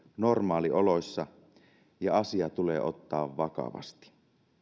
normaalioloissa ja asia tulee ottaa vakavasti